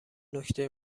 نکته